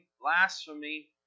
blasphemy